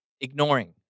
ignoring